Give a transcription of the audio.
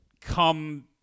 come